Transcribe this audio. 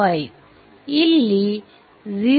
5 ಇಲ್ಲಿ 0